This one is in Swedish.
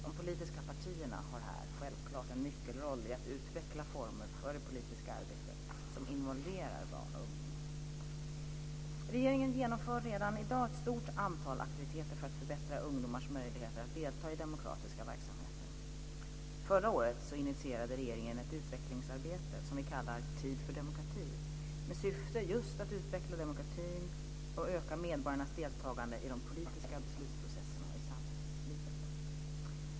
De politiska partierna har här självfallet en nyckelroll i att utveckla former för det politiska arbetet som involverar barn och ungdomar. Regeringen genomför redan i dag ett stort antal aktiviteter för att förbättra ungdomars möjligheter att delta i demokratiska verksamheter. Förra året initierade regeringen ett utvecklingsarbete som vi kallar Tid för demokrati, med syfte just att utveckla demokratin och öka medborgarnas deltagande i de politiska beslutsprocesserna och i samhällslivet.